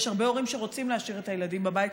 יש הרבה הורים שרוצים להשאיר את הילדים בבית,